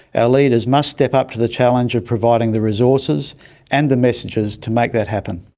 our leaders must step up to the challenge of providing the resources and the messages to make that happen.